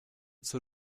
zur